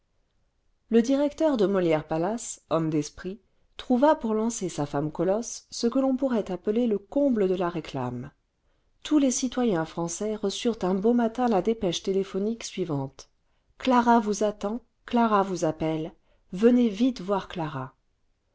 le directeur de molière palace homme d'esprit trouva pour lancer sa femme colosse ce que l'on pourrait appeler le comble de la réclame tous les citoyens français reçurent un beau matin la dépêche téléphonique suivante clara vous attend clara vous appelle venez vite voir clara